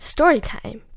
Storytime